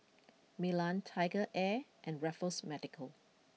Milan TigerAir and Raffles Medical